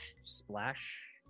Splash